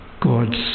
God's